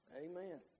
amen